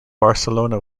barcelona